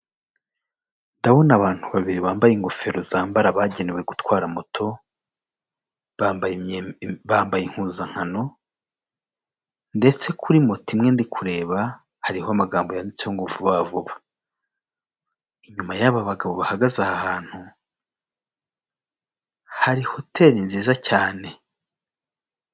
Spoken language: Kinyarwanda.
Ishusho igaragaza ibiro biberamo, ibiro biberamo ihererekanya, ibiro birafunguye imbere yabyo hari umuntu usa nuri gusohokamo biseze amabara y'icyapa cyerekana kiri mu mabara y'umuhondo.